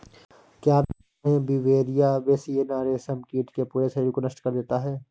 क्या आप जानते है ब्यूवेरिया बेसियाना, रेशम कीट के पूरे शरीर को नष्ट कर देता है